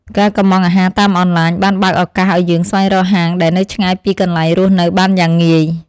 ការកុម្ម៉ង់អាហារតាមអនឡាញបានបើកឱកាសឱ្យយើងស្វែងរកហាងដែលនៅឆ្ងាយពីកន្លែងរស់នៅបានយ៉ាងងាយ។